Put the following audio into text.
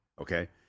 okay